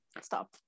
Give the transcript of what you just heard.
stop